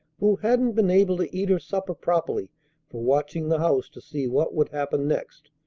who hadn't been able to eat her supper properly for watching the house to see what would happen next.